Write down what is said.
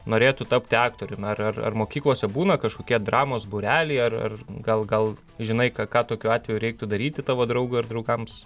norėtų tapti aktoriumi ar ar ar mokyklose būna kažkokia dramos būreliai ar gal gal žinai ką ką tokiu atveju reiktų daryti tavo draugui ar draugams